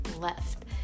left